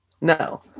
No